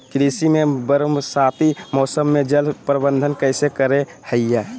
कृषि में बरसाती मौसम में जल प्रबंधन कैसे करे हैय?